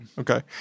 Okay